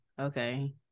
Okay